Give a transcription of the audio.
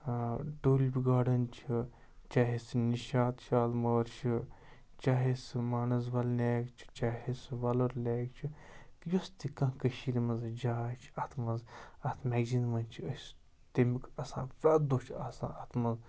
tulip garden چھِ چاہے سُہ نِشاط شالمٲر چھُ چاہے سُہ مانَسبَل لیک چھُ چاہے سُہ وَلُر لیک چھُ یُس تہِ کانٛہہ کٔشیٖرِ منٛز جاے چھِ اَتھ منٛز اَتھ میگزیٖن منٛز چھِ أسۍ تَمیُک آسان پرٛٮ۪تھ دۄہ چھُ آسان اَتھ منٛز